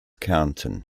kärnten